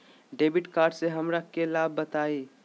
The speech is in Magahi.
डेबिट कार्ड से हमरा के लाभ बताइए?